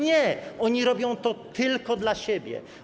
Nie, oni robią to tylko dla siebie.